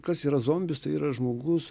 kas yra zombis tai yra žmogus